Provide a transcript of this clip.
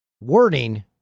wording